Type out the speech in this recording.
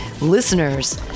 Listeners